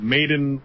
Maiden